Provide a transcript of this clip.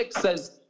says